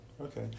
Okay